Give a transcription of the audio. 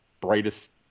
brightest